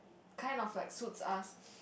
kind of like suits us